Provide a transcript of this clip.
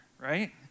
right